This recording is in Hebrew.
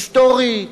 היסטורית,